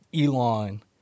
Elon